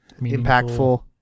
impactful